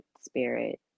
spirit